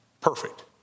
perfect